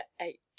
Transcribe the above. Eight